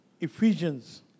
Ephesians